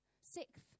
Sixth